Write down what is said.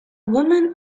woman